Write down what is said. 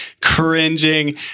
cringing